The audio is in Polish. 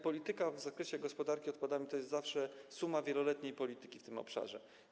Polityka w zakresie gospodarki odpadami to zawsze wynik wieloletniej polityki w tym obszarze.